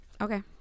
okay